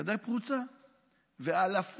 הגדר פרוצה ואלפים,